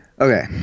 okay